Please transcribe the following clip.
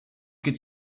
could